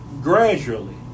gradually